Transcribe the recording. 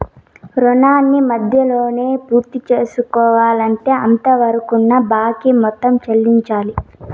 రుణాన్ని మధ్యలోనే పూర్తిసేసుకోవాలంటే అంతవరకున్న బాకీ మొత్తం చెల్లించాలి